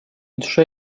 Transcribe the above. drze